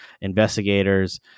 investigators